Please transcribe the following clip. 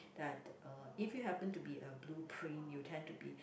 that uh if you happen to be a blueprint you tend to be